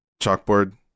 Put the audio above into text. Chalkboard